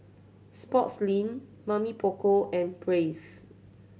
Sportslink Mamy Poko and Praise